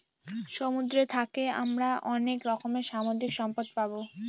সমুদ্র থাকে আমরা অনেক রকমের সামুদ্রিক সম্পদ পাবো